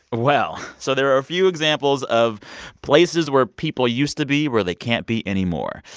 well, so there are a few examples of places where people used to be where they can't be anymore.